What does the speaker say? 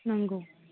नंगौ